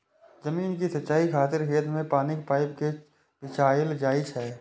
जमीन के सिंचाइ खातिर खेत मे पानिक पाइप कें बिछायल जाइ छै